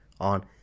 on